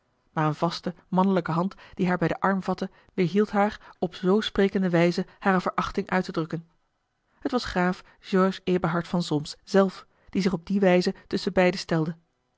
maar eene vaste mannelijke hand die haar bij den arm vatte weêrhield haar op zoo sprekende wijze hare verachting uit te drukken het was graaf george eberhard van solms zelf die zich op die wijze tusschen beiden stelde